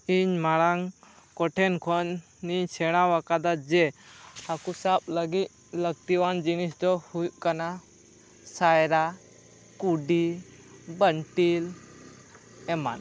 ᱤᱧ ᱢᱟᱲᱟᱝ ᱠᱚᱴᱷᱮᱱ ᱠᱷᱚᱱ ᱤᱧ ᱥᱮᱬᱟ ᱟᱠᱟᱫᱟ ᱡᱮ ᱦᱟᱹᱠᱩ ᱥᱟᱵ ᱞᱟᱹᱜᱤᱫ ᱞᱟᱹᱠᱛᱤᱣᱟᱱ ᱡᱤᱱᱤᱥ ᱫᱚ ᱦᱩᱭᱩᱜ ᱠᱟᱱᱟ ᱥᱟᱭᱨᱟ ᱠᱩᱰᱤ ᱵᱟᱱᱴᱤᱞ ᱮᱢᱟᱱ